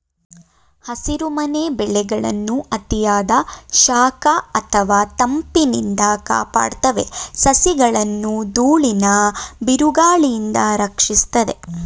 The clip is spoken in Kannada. ಹಸಿರುಮನೆ ಬೆಳೆಗಳನ್ನು ಅತಿಯಾದ ಶಾಖ ಅಥವಾ ತಂಪಿನಿಂದ ಕಾಪಾಡ್ತವೆ ಸಸಿಗಳನ್ನು ದೂಳಿನ ಬಿರುಗಾಳಿಯಿಂದ ರಕ್ಷಿಸ್ತದೆ